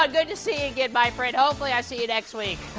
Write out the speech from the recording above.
ah good to see you. goodbye, friend. hopefully. i see you next week.